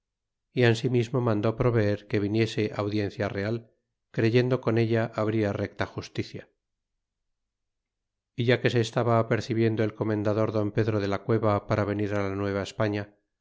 y ansimismo mandó proveer que viniese audiencia real creyendo con ella habria recta justicia e ya que se estaba apercibiendo el comendador don pedro de la cueva para venir á la